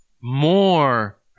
more